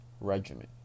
regimen